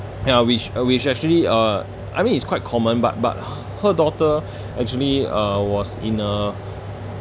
ya which which actually uh I mean it's quite common but but her daughter actually uh was in a